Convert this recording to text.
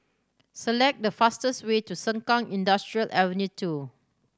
select the fastest way to Sengkang Industrial Ave Two